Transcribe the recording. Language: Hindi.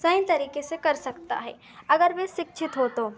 सही तरीक़े से कर सकता है अगर वे शिक्षित हो तो